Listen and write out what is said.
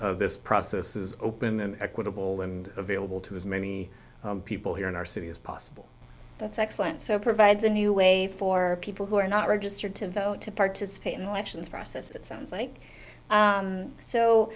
this process is open and equitable and available to as many people here in our city as possible that's excellent so it provides a new way for people who are not registered to vote to participate in the elections process it sounds like